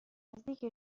نزدیک